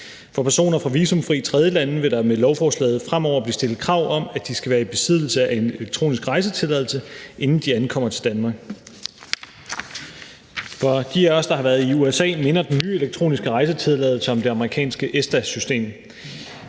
For personer fra visumfri tredjelande vil der med lovforslaget fremover blive stillet krav om, at de skal være i besiddelse af en elektronisk rejsetilladelse, inden de ankommer til Danmark. For dem af os, der har været i USA, minder den nye elektroniske rejsetilladelse om det amerikanske ESTA-system.